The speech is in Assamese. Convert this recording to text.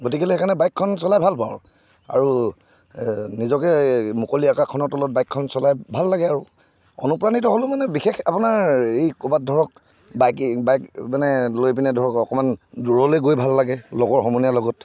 গতিকেলৈ সেইকাৰণে বাইকখন চলাই ভাল পাওঁ আৰু নিজকে মুকলি আকাশখনৰ তলত বাইকখন চলাই ভাল লাগে আৰু অনুপ্ৰাণিত হ'লোঁ মানে বিশেষ আপোনাৰ এই ক'ৰবাত ধৰক বাইকে বাইক মানে লৈ পিনে ধৰক অকণমান দূৰলৈ গৈ ভাল লাগে লগৰ সমনীয়াৰ লগত